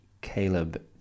Caleb